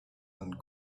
and